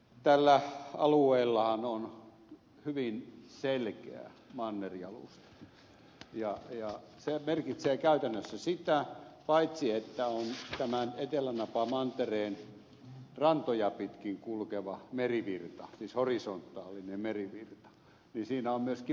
tällä alueellahan on hyvin selkeä mannerjalusta ja se merkitsee käytännössä sitä että paitsi että siinä on tämän etelänapamantereen rantoja pitkin kulkeva merivirta siis horisontaalinen merivirta niin siinä on myöskin vertikaalinen veden liike